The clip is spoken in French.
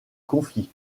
conflit